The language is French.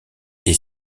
est